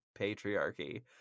patriarchy